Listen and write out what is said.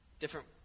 different